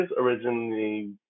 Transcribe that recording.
originally